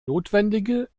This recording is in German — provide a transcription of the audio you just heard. notwendige